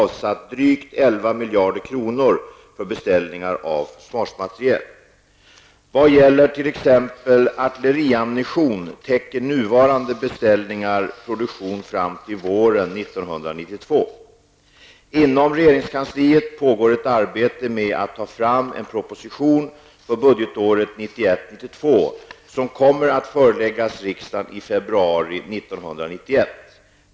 Vad gäller t.ex. artilleriammunition täcker nuvarande beställningar produktion fram till våren Inom regeringskansliet pågår ett arbete med att ta fram en proposition för budgetåret 1991/92, som kommer att föreläggas riksdagen i februari 1991.